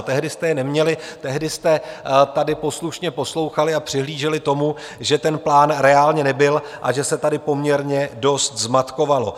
Tehdy jste je neměli, tehdy jste tady poslušně poslouchali a přihlíželi tomu, že ten plán reálně nebyl a že se tady poměrně dost zmatkovalo.